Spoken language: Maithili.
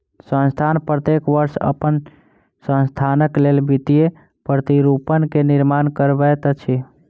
संस्थान प्रत्येक वर्ष अपन संस्थानक लेल वित्तीय प्रतिरूपण के निर्माण करबैत अछि